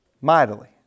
mightily